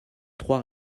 trois